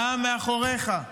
העם מאחוריך.